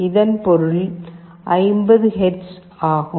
இதன் பொருள் 50 ஹெர்ட்ஸ் ஆகும்